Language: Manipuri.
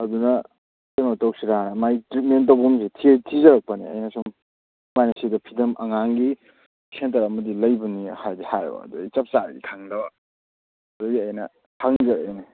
ꯑꯗꯨꯅ ꯀꯩꯅꯣ ꯇꯧꯁꯤꯔꯅ ꯃꯥꯏ ꯇ꯭ꯔꯤꯠꯃꯦꯟ ꯇꯧꯐꯝꯁꯦ ꯊꯤꯖꯔꯛꯄꯅꯦ ꯑꯩꯅ ꯁꯨꯝ ꯃꯥꯏ ꯁꯤꯗ ꯐꯤꯕꯝ ꯑꯉꯥꯡꯒꯤ ꯁꯦꯟꯇꯔ ꯑꯃꯗꯤ ꯂꯩꯕꯅꯤ ꯍꯥꯏꯗꯤ ꯍꯥꯏꯕ ꯑꯗꯣ ꯑꯩ ꯆꯞ ꯆꯥꯕꯗꯤ ꯈꯪꯗꯕ ꯑꯗꯨꯒꯤ ꯑꯩꯅ ꯍꯪꯖꯔꯛꯏꯅꯤ